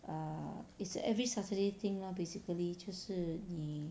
err it's every saturday thing lor basically 就是你